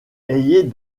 ayez